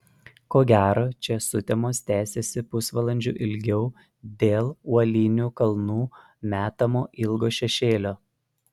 ko gero čia sutemos tęsiasi pusvalandžiu ilgiau dėl uolinių kalnų metamo ilgo šešėlio